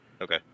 Okay